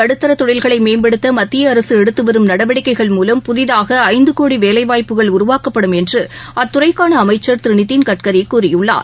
நடுத்தர தொழில்களை மேம்படுத்த மத்திய அரசு எடுத்து வரும் நடவடிக்கைகள் மூலம் புதிதாக ஐந்து கோடி வேலை வாய்ப்புகள் உருவாக்கப்படும் என்று அத்துறைக்கான அமைச்சர் திரு நிதின் கட்கரி கூறியுள்ளார்